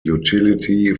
utility